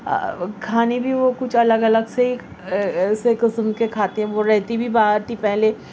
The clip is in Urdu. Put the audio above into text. کھانے بھی وہ کچھ الگ الگ سے ایسے قسم کے کھاتی ہیں وہ رہتی بھی باہر تھیں پہلے